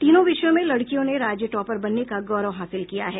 तीनों विषयों में लड़कियों ने राज्य टॉपर बनने का गौरव हासिल किया है